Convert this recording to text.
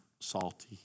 salty